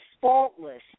faultless